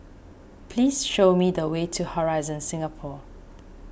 please show me the way to Horizon Singapore